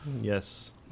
yes